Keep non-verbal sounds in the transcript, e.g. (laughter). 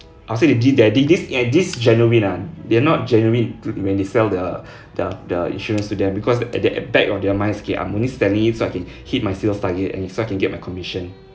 I'll say this they this this eh this genuine ah they are not genuine when they sell the (breath) the the insurance to them because at the eh back of their minds okay I'm only selling this so that I can (breath) hit my sales target and as well can get my commission